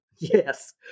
yes